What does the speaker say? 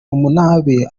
umunabi